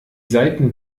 seiten